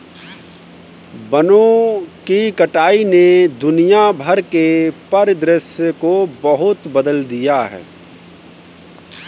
वनों की कटाई ने दुनिया भर के परिदृश्य को बहुत बदल दिया है